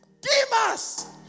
Demas